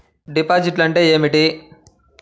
డిపాజిట్లు అంటే ఏమిటి?